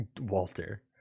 Walter